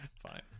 fine